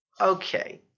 okay